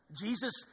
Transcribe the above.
Jesus